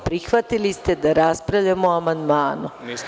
Prihvatili ste da raspravljamo o amandmanu.